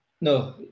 No